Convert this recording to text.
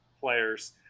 players